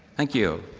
thank you.